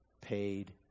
Paid